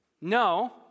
No